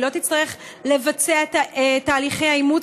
היא לא תצטרך לבצע את תהליכי האימוץ